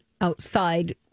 outside